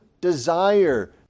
desire